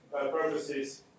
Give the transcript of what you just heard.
purposes